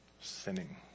Sinning